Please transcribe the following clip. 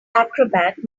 acrobat